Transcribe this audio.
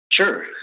Sure